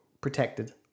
protected